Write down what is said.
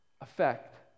effect